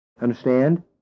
Understand